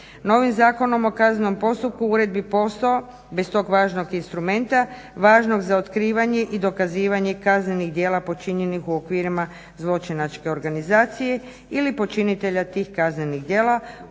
Novim Zakonom o kaznenom postupku u uredbi … /Govornica se ne razumije./… bez tog važnog instrumenta, važnog za otkrivanje i dokazivanje kaznenih djela počinjenih u okvirima zločinačke organizacije ili počinitelja tih kaznenih djela,